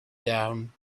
down